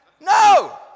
No